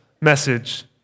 message